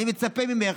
אני מצפה ממך,